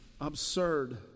absurd